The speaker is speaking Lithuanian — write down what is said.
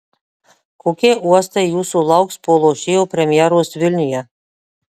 kokie uostai jūsų lauks po lošėjo premjeros vilniuje